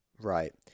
Right